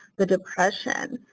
the depression.